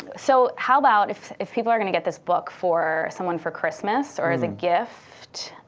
so how about, if if people are going to get this book for someone for christmas or as a gift,